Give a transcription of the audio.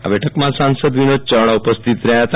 આ બેઠકમાં સાસંદ વિનોદ યાવડા ઉપસ્થિત રહ્યા હતા